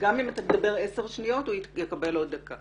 גם אם אתה תדבר עשר שניות הוא יקבל עוד דקה.